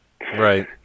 Right